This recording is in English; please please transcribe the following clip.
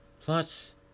Plus